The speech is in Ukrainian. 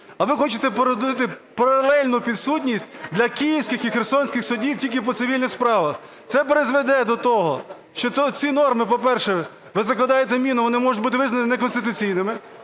А ви хочете породити паралельну підсудність для київських і херсонських судів тільки по цивільних справах. Це призведе до того, що ці норми, по-перше, ви закладаєте міну, вони можуть бути визнані неконституційними.